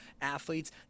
athletes